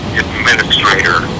administrator